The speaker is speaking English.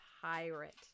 pirate